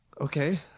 Okay